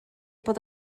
bod